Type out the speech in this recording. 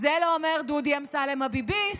את זה לא אומר דודי אמסלם הביביסט,